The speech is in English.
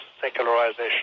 secularization